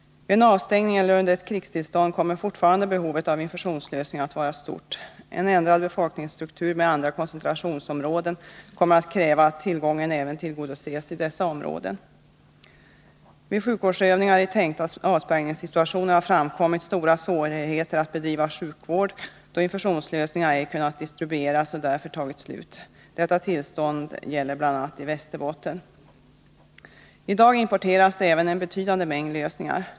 Vid en avstängning eller under ett krigstillstånd kommer fortfarande behovet av infusionslösningar att vara stort. En ändring av befolkningsstrukturen, med andra koncentrationsområden som följd, kommer att kräva att tillgången även tillgodoses i dessa områden. Vid sjukvårdsövningar i tänkta avspärrningssituationer har det visat sig uppstå stora svårigheter att bedriva sjukvård, då infusionslösningarna ej kunnat distribueras och därför tagit slut. Detta tillstånd gäller bl.a. i Västerbotten. I dag importeras en betydande mängd lösningar.